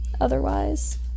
otherwise